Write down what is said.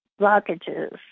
blockages